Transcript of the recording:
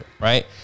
right